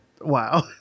Wow